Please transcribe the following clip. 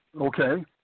Okay